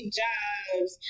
jobs